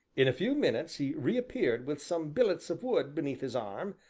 in a few minutes he reappeared with some billets of wood beneath his arm,